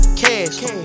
cash